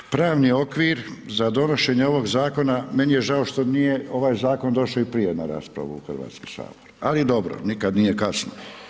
Pravni okvir za donošenje ovog zakona, meni je žao, što nije ovaj zakon došao i prije na raspravu u Hrvatski sabor, ali dobro, nikad nije kasno.